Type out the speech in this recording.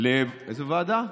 לאיזה ועדה?